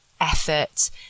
effort